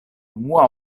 unua